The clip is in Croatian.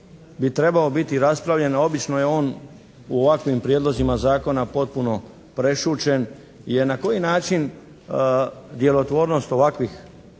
bi trebao biti raspravljen obično je u ovakvim prijedlozima zakona potpuno prešućen. Jer na koji način djelotvornost ovakvih